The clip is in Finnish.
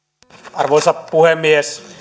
arvoisa puhemies